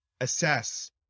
assess